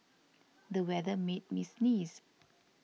the weather made me sneeze